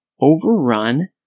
overrun